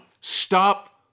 stop